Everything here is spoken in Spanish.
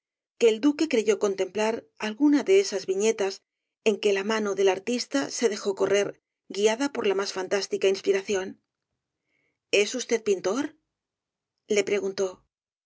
que el duque creyó contemplar alguna de esas viñetas en que la mano del artista se dejó correr guiada por la más fantástica inspiración es usted pintor le preguntó